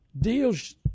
deals